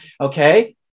Okay